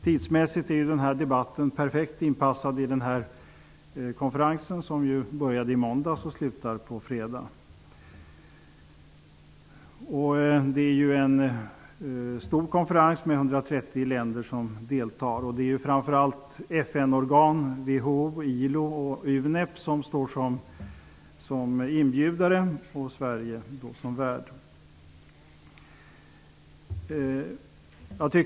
Tidsmässigt är denna debatt perfekt inpassad med tanke på konferensen, som började i måndags och slutar på fredag. Konferensen är stor, med 130 länder som deltar. Framför allt är det FN-organ, som WHO, ILO och UNEP, som står som inbjudare och Sverige som värd.